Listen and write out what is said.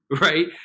right